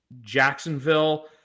Jacksonville